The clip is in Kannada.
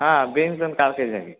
ಹಾಂ ಬೀನ್ಸ್ ಒಂದು ಕಾಲು ಕೆಜಿ ಹಾಕಿ